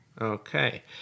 Okay